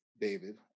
David